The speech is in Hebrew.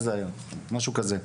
משהו כזה.